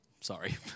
sorry